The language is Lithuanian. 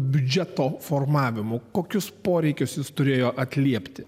biudžeto formavimu kokius poreikius jis turėjo atliepti